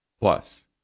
Plus